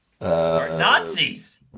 nazis